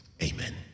Amen